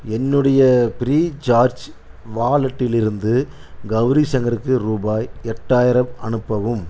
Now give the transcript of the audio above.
என்னுடைய ப்ரீசார்ஜ் வாலெட்டிலிருந்து கௌரி சங்கருக்கு ரூபாய் எட்டாயிரம் அனுப்பவும்